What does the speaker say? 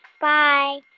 Bye